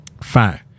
Fine